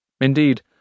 Indeed